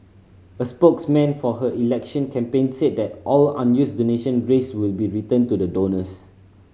a spokesman for her election campaign said that all unused donation raised will be returned to the donors